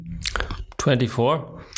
24